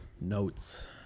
notes